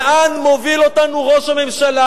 לאן מוביל אותנו ראש הממשלה?